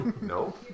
No